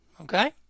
okay